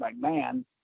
McMahon